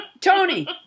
Tony